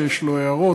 שיש לו הערות,